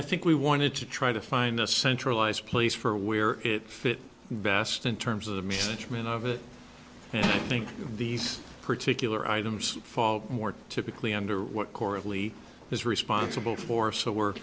i think we wanted to try to find a centralized place for where it fits best in terms of the message mean of it and i think these particular items fall more typically under what coralie is responsible for so we're